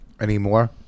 anymore